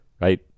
right